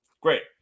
Great